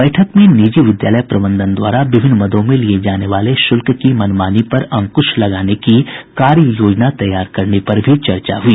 बैठक में निजी विद्यालय प्रबंधन द्वारा विभिन्न मदों में लिये जाने वाले शुल्क की मनमानी पर अंकुश लगाने की कार्य योजना तैयार करने पर भी चर्चा हुई